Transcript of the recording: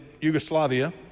Yugoslavia